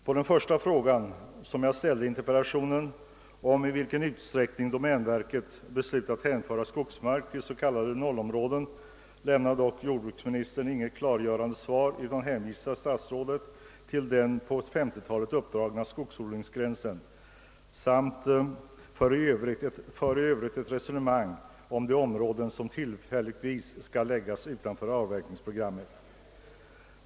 På den första frågan i interpellationen — den gäller i vilken utsträckning domänverket beslutat hänföra skogsmark till s.k. 0-områden — lämnar jordbruksministern inget klargörande svar utan hänvisar till den på 1950 talet uppdragna skogsodlingsgränsen och för i övrigt ett resonemang om de områden som tillfälligtvis skall läggas utanför avverkningsprogrammet.